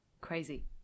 crazy